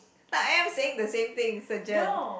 I'm saying the same thing surgeon